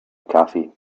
cafe